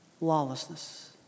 Lawlessness